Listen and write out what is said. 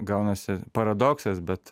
gaunasi paradoksas bet